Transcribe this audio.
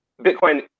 Bitcoin